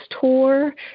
tour